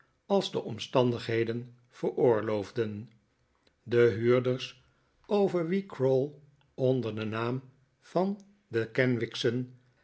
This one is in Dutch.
als de omstandigheden veroorloofden de huurders over wie crowl onder den naam van de kenwigs'en